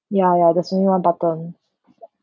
ya ya there's only one button